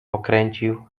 pokręcił